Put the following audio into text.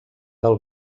del